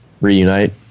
reunite